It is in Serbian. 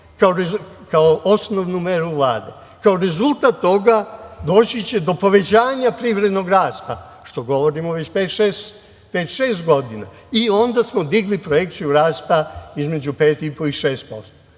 kao osnovnu meru Vlade. Kao rezultat toga doći će do povećanja privrednog rasta što govorimo već pet, šest godina. Onda smo digli projekciju rasta između pet i po i